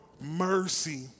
mercy